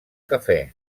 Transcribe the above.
cafè